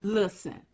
Listen